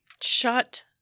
Shut